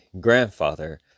grandfather